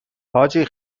حاجی